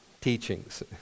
teachings